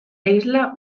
isla